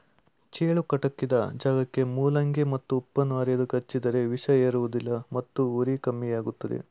ಚೇಳು ಕುಟುಕಿದ ಜಾಗಕ್ಕೆ ಮೂಲಂಗಿ ಮತ್ತು ಉಪ್ಪನ್ನು ಅರೆದು ಹಚ್ಚಿದರೆ ವಿಷ ಏರುವುದಿಲ್ಲ ಮತ್ತು ಉರಿ ಕಮ್ಮಿಯಾಗ್ತದೆ